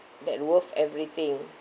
that worth everything